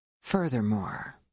Furthermore